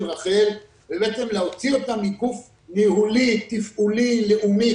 רח"ל ובעצם להוציא אותה מגוף תפעולי לאומי ניהולי